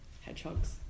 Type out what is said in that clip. Hedgehogs